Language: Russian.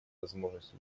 возможность